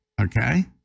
okay